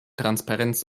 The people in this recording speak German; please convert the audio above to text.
transparenz